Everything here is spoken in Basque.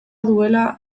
duela